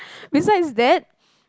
besides that